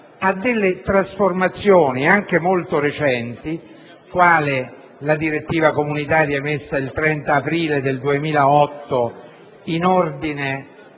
a trasformazioni anche molto recenti, quali la direttiva comunitaria emessa il 30 aprile 2008 in ordine